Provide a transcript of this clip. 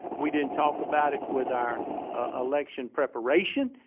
we didn't talk about it with our election preparation.